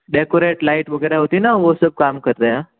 decorate light वगैरह होती है न वह सब काम कर रहे हैं